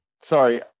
Sorry